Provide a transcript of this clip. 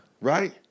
Right